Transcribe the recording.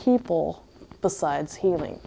people besides healing